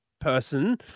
person